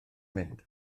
mynd